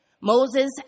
Moses